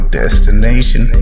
destination